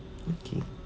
okay